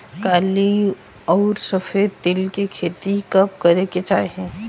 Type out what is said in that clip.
काली अउर सफेद तिल के खेती कब करे के चाही?